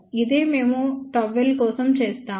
ఇదే మేము ΓL కోసం చేస్తాము